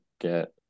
get